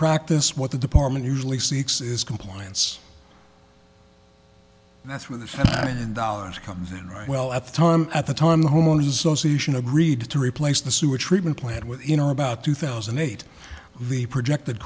practice what the department usually seeks is compliance and that's where the million dollars comes in right well at the time at the time the homeowners association agreed to replace the sewage treatment plant where you know about two thousand and eight the projected